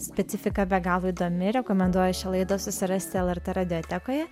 specifika be galo įdomi rekomenduoju šią laidą susirasti lrt radiotekoje